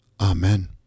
Amen